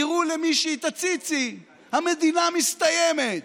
יראו למישהי את הציצי, המדינה מסתיימת.